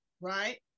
Right